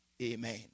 Amen